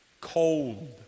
Cold